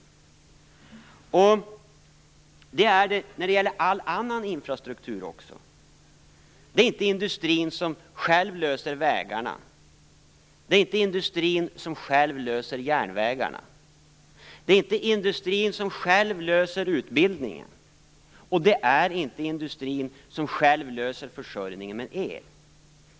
Så är det också med all annan infrastruktur. Det är inte industrin själv som tillhandhåller vägarna och järnvägarna. Det är inte industrin själv som tillhandahåller utbildningen, och det är inte industrin själv som ordnar försörjningen med el.